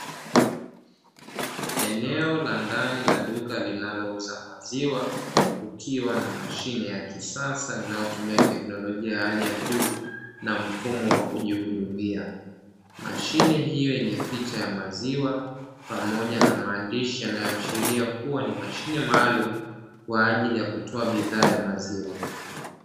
Eneo la ndani la duka linalouza maziwa, kukiwa na mashine ya kisasa inayotumia teknolojia hali na juu, na mfumo wa kujihudumia. Mashine hiyo yenye picha ya maziwa, pamoja na maandishi yanayoashiria kuwa ni mashine maalumu kwa ajili ya kutoa bidhaa ya maziwa.